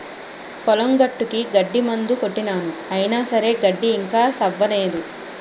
పొలం గట్టుకి గడ్డి మందు కొట్టినాను అయిన సరే గడ్డి ఇంకా సవ్వనేదు